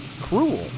cruel